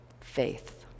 faith